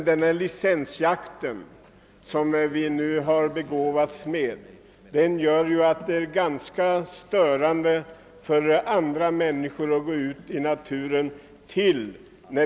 Den licensjakt vi nu begåvats med blir ganska störande för andra människor som vill gå ut i naturen.